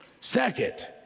Second